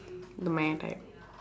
the meh type